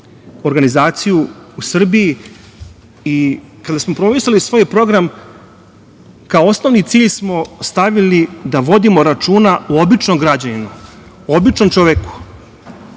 organizaciju u Srbiji i kada smo promovisali svoj program kao osnovni cilj smo stavili da vodimo računa o običnom građaninu, običnom čoveku. Svesni